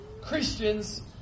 Christians